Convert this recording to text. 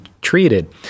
treated